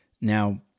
now